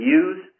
use